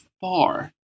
far